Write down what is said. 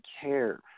care